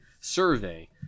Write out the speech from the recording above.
survey